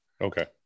Okay